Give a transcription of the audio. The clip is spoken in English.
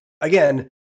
again